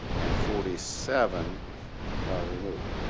and forty seven are removed.